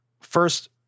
First